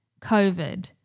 COVID